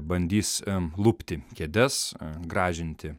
bandys lupti kėdes gražinti